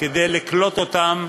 כדי לקלוט אותם,